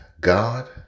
God